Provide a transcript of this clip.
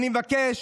אני מבקש